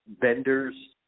vendors